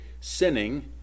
sinning